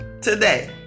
today